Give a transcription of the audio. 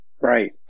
right